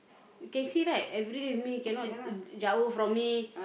you can see right everyday with me cannot jawoh from me